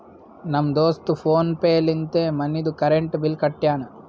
ನಮ್ ದೋಸ್ತ ಫೋನ್ ಪೇ ಲಿಂತೆ ಮನಿದು ಕರೆಂಟ್ ಬಿಲ್ ಕಟ್ಯಾನ್